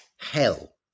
hell